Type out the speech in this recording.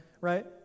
right